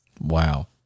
Wow